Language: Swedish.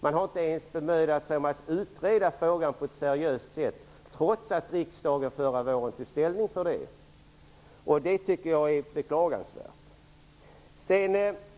Man har inte ens bemödat sig om att utreda frågan på ett seriöst sätt, trots att riksdagen förra våren tog ställning för det. Jag tycker att det är beklagansvärt.